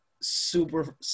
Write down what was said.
Super